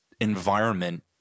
environment